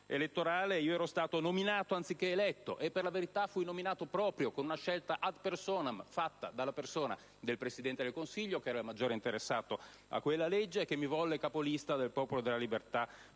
ero stato nominato, anziché eletto. Per la verità, fui nominato proprio con una scelta *ad personam* fatta dal Presidente del Consiglio, che era il maggiore interessato a quella legge e che mi volle capolista del Popolo della Libertà